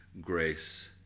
Grace